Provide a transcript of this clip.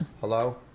Hello